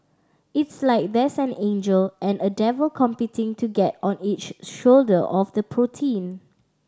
it's like there's an angel and a devil competing to get on each shoulder of the protein